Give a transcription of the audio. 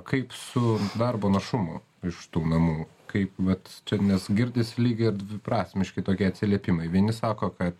kaip su darbo našumu iš tų namų kaip vat nes girdis lyg ir dviprasmiški tokie atsiliepimai vieni sako kad